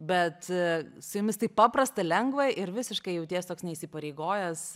bet su jumis taip paprasta lengva ir visiškai jauties toks neįsipareigojęs